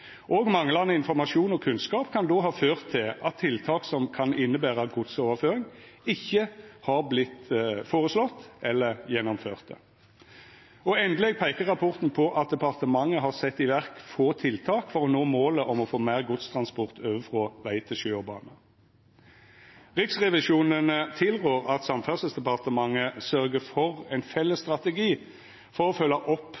effekt. Manglande informasjon og kunnskap kan då ha ført til at tiltak som kan innebera godsoverføring, ikkje har vorte føreslåtte eller gjennomførte. Endeleg peikar rapporten på at departementet har sett i verk få tiltak for å nå målet om å få meir godstransport over frå veg til sjø og bane. Riksrevisjonen tilrår at Samferdselsdepartementet sørgjer for ein felles strategi for å følgja opp